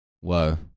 Whoa